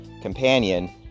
companion